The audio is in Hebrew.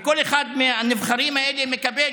כל אחד מהנבחרים האלה מקבל